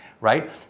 right